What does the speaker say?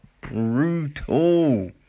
brutal